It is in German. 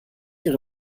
ihre